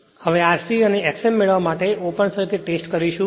હવે R c અને X m મેળવવા માટે ઓપન સર્કિટ ટેસ્ટ કરીશું